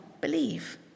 believe